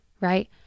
right